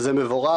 וזה מבורך.